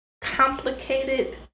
complicated